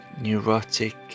neurotic